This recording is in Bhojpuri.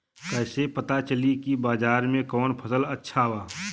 कैसे पता चली की बाजार में कवन फसल अच्छा बा?